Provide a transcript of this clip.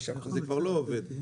זה כבר לא עובד.